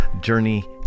Journey